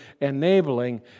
enabling